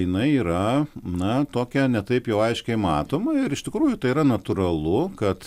jinai yra na tokia ne taip jau aiškiai matoma ir iš tikrųjų tai yra natūralu kad